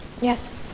Yes